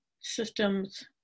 systems